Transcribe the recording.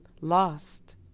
lost